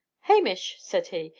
hamish, said he,